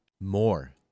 more